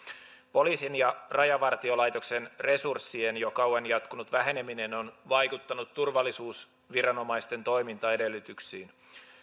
poliisin ja rajavartiolaitoksen resurssien jo kauan jatkunut väheneminen on vaikuttanut turvallisuusviranomaisten toimintaedellytyksiin